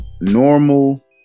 Normal